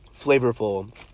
flavorful